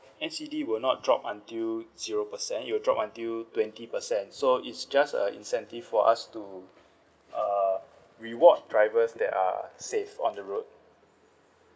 N_C_D will not drop until zero percent it will drop until twenty percent so it's just a incentive for us to uh reward drivers that are safe on the road